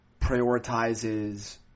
prioritizes